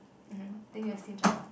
mmhmm then you will stinge on what